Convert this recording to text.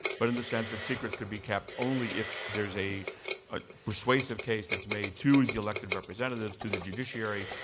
but in the sense that secrets can be kept only if there is a ah persuasive case that's made to the elected representatives, to the judiciary,